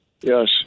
yes